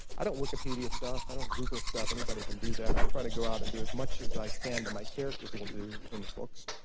i don't wikipedia stuff. i don't google stuff. anybody can do that. i try to go out and do as much as i can that my characters will do in the books,